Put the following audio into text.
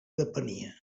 depenia